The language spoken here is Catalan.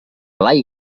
blai